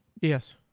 Yes